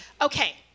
Okay